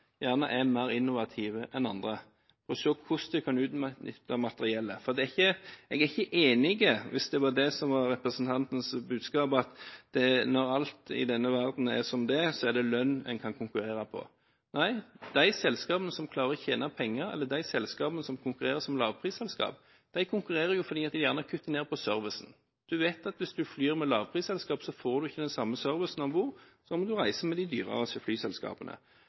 gjerne er mer innovative enn andre og ser hvordan de kan utnytte materiellet. Jeg er ikke enig i – hvis det var det som var representantens budskap – at når alt i denne verden er som det er, er det lønn en kan konkurrere på. Nei, de selskapene som klarer å tjene penger, eller de selskapene som konkurrerer som lavprisselskap, konkurrerer fordi de gjerne kutter ned på servicen. Du vet at hvis du flyr med lavprisselskap, får du ikke den samme servicen om bord som når du reiser med de dyreste flyselskapene.